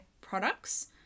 products